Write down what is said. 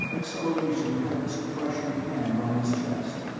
acceleration had its crushing hand on his chest.